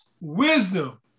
wisdom